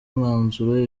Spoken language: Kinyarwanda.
mwanzuro